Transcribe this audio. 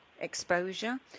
exposure